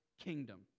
kingdom